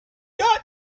got